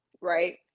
right